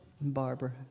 Barbara